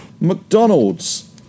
McDonald's